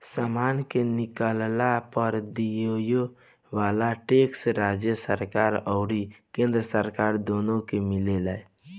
समान के किनला पर दियाये वाला टैक्स राज्य सरकार अउरी केंद्र सरकार दुनो के मिलेला